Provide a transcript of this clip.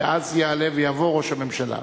ואז יעלה ויבוא ראש הממשלה.